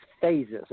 phases